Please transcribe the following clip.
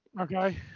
Okay